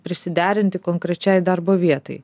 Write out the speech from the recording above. prisiderinti konkrečiai darbo vietai